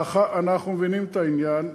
ככה אנחנו מבינים את העניין,